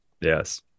Yes